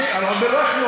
אבל הוא כבר עושה משהו טוב,